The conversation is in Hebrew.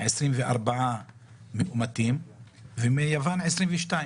היו 24 מאומתים ומיוון 22,